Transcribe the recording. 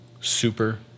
super